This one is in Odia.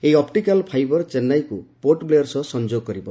ଏହି ଅପ୍ରିକାଲ୍ ଫାଇବର ଚେନ୍ସାଇକୁ ପୋର୍ଟ ବ୍ଲେୟର ସହ ସଂଯୋଗ କରିବ